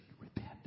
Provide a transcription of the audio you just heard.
repent